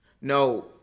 No